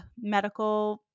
medical –